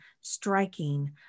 striking